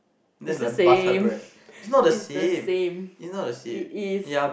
it's the same it's the same it is